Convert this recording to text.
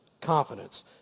confidence